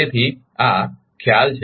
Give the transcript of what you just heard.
તેથી આ ખ્યાલ છે